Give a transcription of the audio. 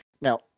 now